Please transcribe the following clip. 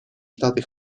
штаты